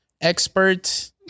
expert